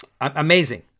Amazing